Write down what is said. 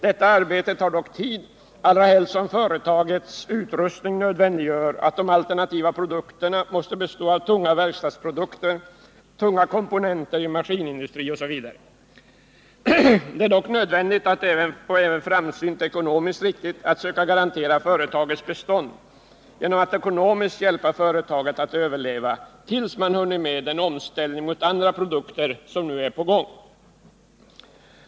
Detta arbete tar dock tid, allra helst som företagets utrustning nödvändiggör att de alternativa produkterna utgörs av tunga verkstadsprodukter, tunga komponenter i maskinindustrin, osv. Det är dock nödvändigt, framsynt och ekonomiskt riktigt att söka garantera företagets bestånd genom att ekonomiskt hjälpa företaget att överleva tills det hunnit med den omställning till andra produkter som nu är på gång.